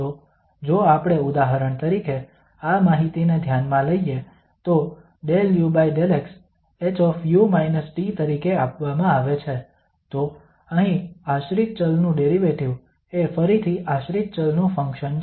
તો જો આપણે ઉદાહરણ તરીકે આ માહિતીને ધ્યાનમાં લઈએ તો 𝜕u𝜕x hu−T તરીકે આપવામાં આવે છે તો અહીં આશ્રિત ચલ નું ડેરિવેટિવ એ ફરીથી આશ્રિત ચલ નું ફંક્શન છે